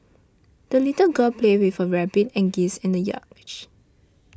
the little girl played with her rabbit and geese in the yard